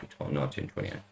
1928